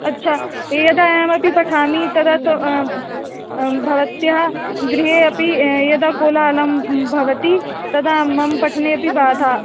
अच्छा यदा अहमपि पठामि तदा तु भवत्याः गृहे अपि यदा कोलाहलः भवति तदा मम पठनेऽपि बाधा